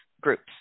groups